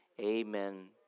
Amen